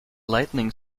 lighting